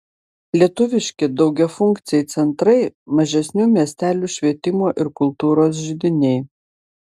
lietuviški daugiafunkciai centrai mažesnių miestelių švietimo ir kultūros židiniai